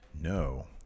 No